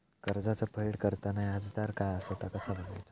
कर्जाचा फेड करताना याजदर काय असा ता कसा बगायचा?